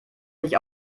sich